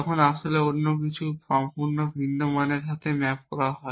তখন আসলে অন্য কিছু সম্পূর্ণ ভিন্ন মানের সাথে ম্যাপ করা হয়